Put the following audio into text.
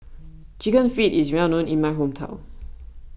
Chicken Feet is well known in my hometown